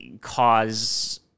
cause